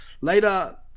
Later